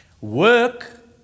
Work